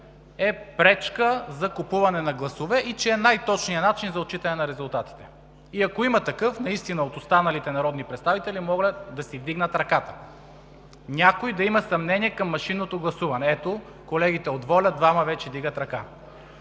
е пречка за купуване на гласове и че е най-точният начин за отчитане на резултатите? И ако има такъв от останалите народни представители, моля да си вдигне ръката. Някой да има съмнения към машинното гласуване? Ето, колегите от „ВОЛЯ – Български